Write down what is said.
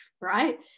right